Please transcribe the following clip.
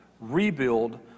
rebuild